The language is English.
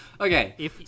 Okay